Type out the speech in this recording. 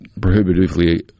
prohibitively